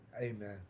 Amen